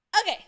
Okay